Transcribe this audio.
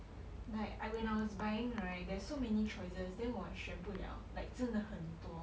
like I when I was buying right there's so many choices then 我选不 liao like 真的很多